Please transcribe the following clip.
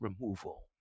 removal